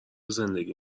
زندگی